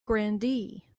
grandee